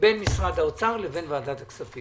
בין משרד האוצר לוועדת הכספים.